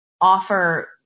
offer